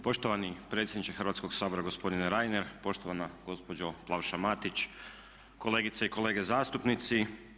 Poštovani predsjedniče Hrvatskoga sabora gospodine Reiner, poštovana gospođo Plavša-Matić, kolegice i kolege zastupnici.